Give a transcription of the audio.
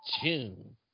June